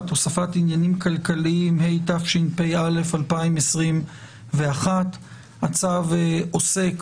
(הוספת עניינים כלכליים) התשפ"א 2021. הצו עוסק